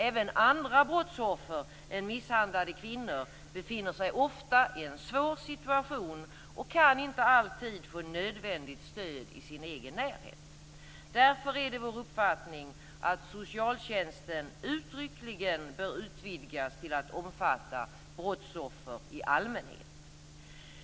Även andra brottsoffer än misshandlade kvinnor befinner sig ofta i en svår situation och kan inte alltid få nödvändigt stöd i sin egen närhet. Därför är det vår uppfattning att socialtjänsten uttryckligen bör utvidgas till att omfatta brottsoffer i allmänhet.